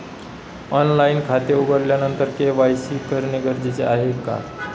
Online खाते उघडल्यानंतर KYC करणे गरजेचे आहे का?